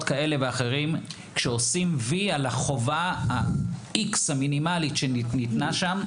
כאלה ואחרים כשמסמנים וי על החובה המינימלית שניתנה שם.